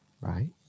right